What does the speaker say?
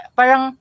parang